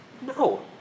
No